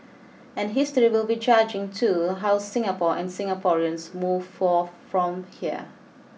and history will be judging too how Singapore and Singaporeans move forth from here